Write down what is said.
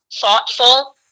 thoughtful